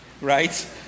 right